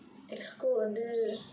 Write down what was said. at school வந்து:vanthu